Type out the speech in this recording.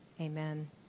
Amen